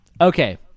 okay